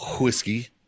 whiskey